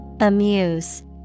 amuse